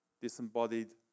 Disembodied